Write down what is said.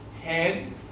head